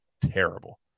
Terrible